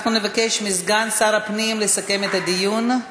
אנחנו נבקש מסגן שר הפנים לסכם את הדיון.